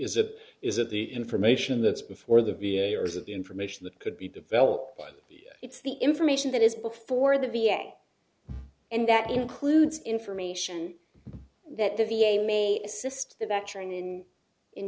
is it is it the information that's before the v a or is it the information that could be developed but it's the information that is before the v a and that includes information that the v a may assist the veteran in in